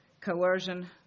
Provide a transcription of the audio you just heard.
coercion